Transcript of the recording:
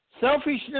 Selfishness